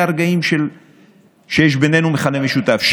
ואלה הרגעים שיש ביננו מכנה משותף,